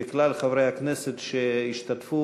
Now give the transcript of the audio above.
וכלל חברי הכנסת שהשתתפו,